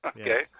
Okay